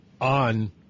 on